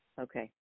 okay